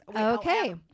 okay